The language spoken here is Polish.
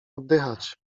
oddychać